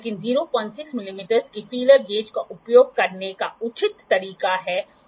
इसलिए पहले हम इसे समतल सतह के विपरीत रखने की कोशिश करते हैं एंगल को मापते हैं और फिर रीडिंग लेने का प्रयास करते हैं